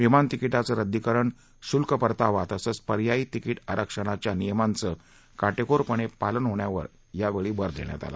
विमान तिकीटांचं रद्दीकरण शुल्क परतावा तसंच पर्यायी तिकीट आरक्षणाच्या नियमांचं काटेकोरपणे पालन होण्यावर यावेळी भर देण्यात आला